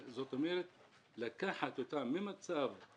לקחת אותם ממצב שהם